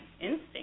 instinct